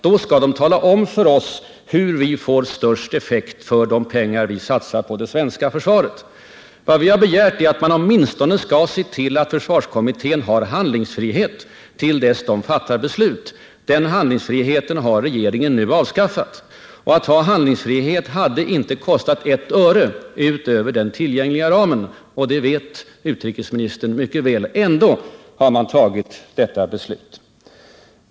Då skall utredningen tala om för oss hur vi får största effekt för de pengar vi satsar på det svenska försvaret. Vad vi begärt är att man åtminstone skall se till att försvarskommittén har handlingsfrihet tills beslut är fattat. Den handlingsfriheten har :egeringen nu avskaffat. Och det hade inte kostat oss ett öre utöver den tillgängliga ramen att bibehålla denna handlingsfrihet — det vet utrikesministern mycket väl. Ändå har detta beslut fattats.